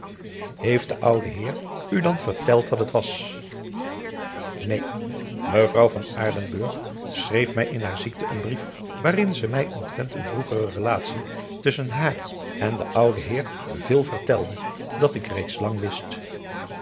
heeft de oude heer u dan verteld wat het was neen mevrouw van aardenburg schreef mij in haar ziekte een brief waarin ze mij omtrent een vroegere relatie tusschen haar en den ouden heer veel vertelde dat ik reeds lang wist